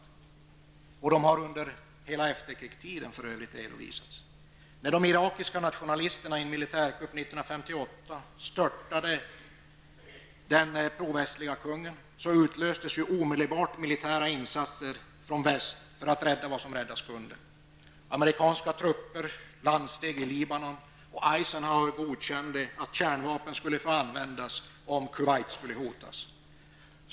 För övrigt har de redovisats under hela efterkrigstiden. När de irakiska nationalisterna vid en militärkupp 1958 störtade den provästlige kungen, utlöstes omedelbart militära insatser från väst för att rädda vad som räddas kunde. Eisenhower godkände att kärnvapen skulle få användas om Kuwait hotades.